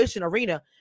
arena